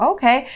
Okay